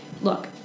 Look